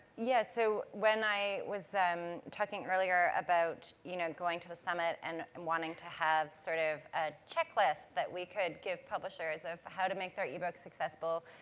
yeah so, when i was talking earlier about, you know, going to the summit and um wanting to have sort of a checklist that we could give publishers of how to make their ebook successful,